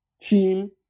team